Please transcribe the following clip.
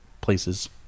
places